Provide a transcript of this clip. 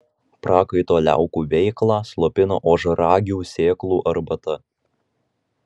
prakaito liaukų veiklą slopina ožragių sėklų arbata